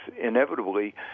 inevitably